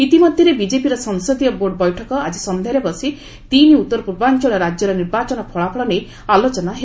ଇତି ମଧ୍ୟରେ ବିଜେପିର ସଂସଦୀୟ ବୋର୍ଡ ବୈଠକ ଆଳି ସନ୍ଧ୍ୟାରେ ବସି ତିନି ଉତ୍ତର ପୂର୍ବାଞ୍ଚଳ ରାଜ୍ୟର ନିର୍ବାଚନ ଫଳାଫଳ ନେଇ ଆଲୋଚନା ହେବ